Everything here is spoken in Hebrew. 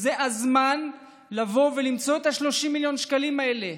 זה הזמן לבוא ולמצוא את 30 מיליון השקלים האלה.